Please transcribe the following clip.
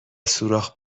سوراخ